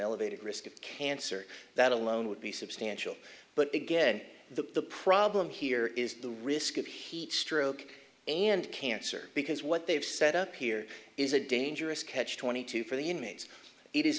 elevated risk of cancer that alone would be substantial but again the problem here is the risk of heat stroke and cancer because what they've set up here is a dangerous catch twenty two for the inmates